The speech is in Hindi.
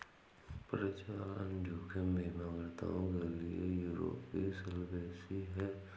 परिचालन जोखिम बीमाकर्ताओं के लिए यूरोपीय सॉल्वेंसी है